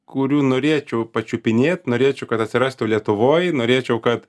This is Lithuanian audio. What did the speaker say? kurių norėčiau pačiupinėt norėčiau kad atsirastų lietuvoj norėčiau kad